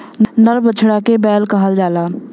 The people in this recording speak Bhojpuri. नर बछड़ा के बैल कहल जाला